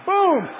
Boom